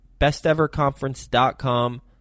Besteverconference.com